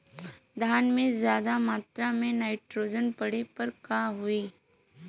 धान में ज्यादा मात्रा पर नाइट्रोजन पड़े पर का होई?